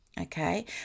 okay